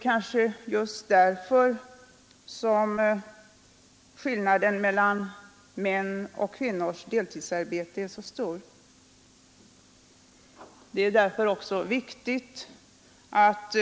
Kanske är det just därför som skillnaden mellan mäns och kvinnors deltidsarbete är så stor. Viktigt är att